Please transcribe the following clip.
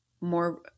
more